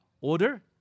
order